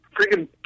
freaking